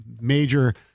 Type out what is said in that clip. major